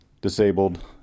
disabled